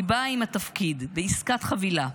היא באה עם התפקיד, בעסקת חבילה.